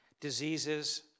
diseases